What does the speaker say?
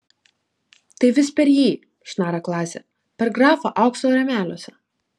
tai vis per jį šnara klasė per grafą aukso rėmeliuose